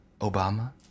Obama